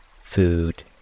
food